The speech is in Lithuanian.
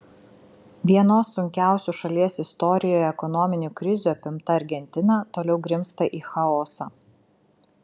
vienos sunkiausių šalies istorijoje ekonominių krizių apimta argentina toliau grimzta į chaosą